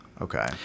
Okay